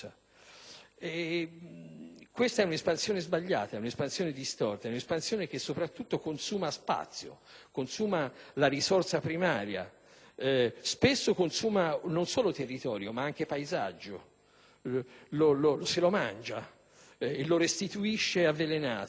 Questa espansione è sbagliata, distorta e soprattutto consuma spazio, consuma la risorsa primaria; spesso consuma non solo territorio, ma anche paesaggio, mangiandolo e restituendolo avvelenato.